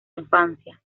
infancia